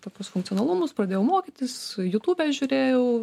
tokius funkcionalumus pradėjau mokytis youtube žiūrėjau